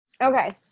Okay